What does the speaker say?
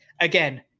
again